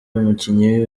umukinnyi